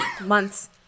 months